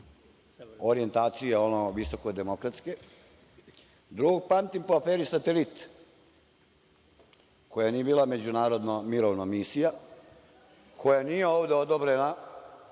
orijentacije visoko demokratske. Drugog pamti po aferi „Satelit“, koja nije bila međunarodna mirovna misija, koja nije ovde odobrena